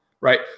right